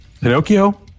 Pinocchio